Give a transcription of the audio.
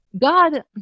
god